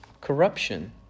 corruption